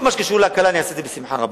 כל מה שקשור להקלה אני אעשה בשמחה רבה.